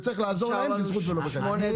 צריך לעזור להם, בזכות ולא בחסד.